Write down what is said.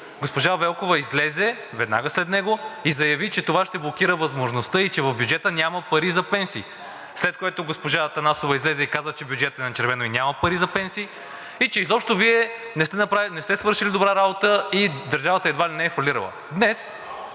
госпожа Велкова излезе веднага след него и заяви, че това ще блокира възможността и че в бюджета няма пари за пенсии. След което госпожа Атанасова излезе и каза, че бюджетът е на червено и няма пари за пенсии, и че изобщо Вие не сте направили, не сте свършили добра работа и държавата едва ли не е фалирала.